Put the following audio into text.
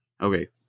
Okay